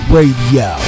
Radio